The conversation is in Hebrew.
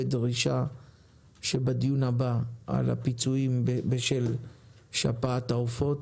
ודרישה שבדיון הבא על הפיצויים בשל שפעת העופות,